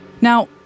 Now